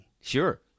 sure